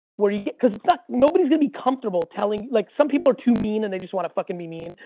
where you get cause it's not nobody's gonna be comfortable telling, like some people are too mean, and they just wanna fucking be mean.